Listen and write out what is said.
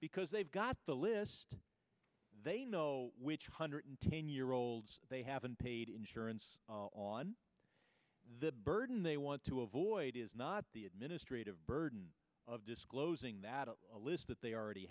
because they've got the list they know which hundred ten year olds they haven't paid insurance on the burden they want to avoid is not the administrative burden of disclosing that list that they already